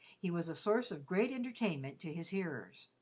he was a source of great entertainment to his hearers.